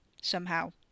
Somehow